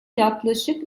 yaklaşık